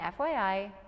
FYI